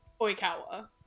Oikawa